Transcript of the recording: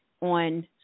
on